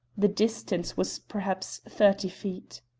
the distance was perhaps thirty feet.